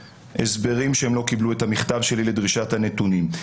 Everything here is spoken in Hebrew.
בהסברים שהם לא קיבלו את המכתב שלי לדרישת הנתונים.